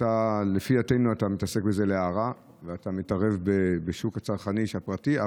ולפי דעתנו אתה מתעסק בזה להרע ואתה מתערב בשוק הצרכני הפרטי,